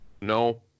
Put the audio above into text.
No